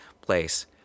place